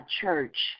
church